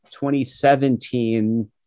2017